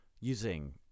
using